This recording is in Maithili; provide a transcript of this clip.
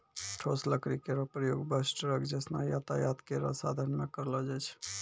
ठोस लकड़ी केरो प्रयोग बस, ट्रक जैसनो यातायात केरो साधन म करलो जाय छै